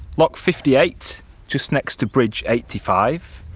lock fifty eight just next to bridge eighty five,